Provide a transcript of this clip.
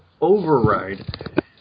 Override